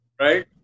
right